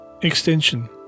Extension